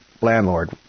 landlord